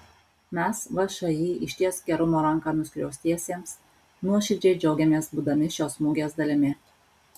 mes všį ištiesk gerumo ranką nuskriaustiesiems nuoširdžiai džiaugiamės būdami šios mugės dalimi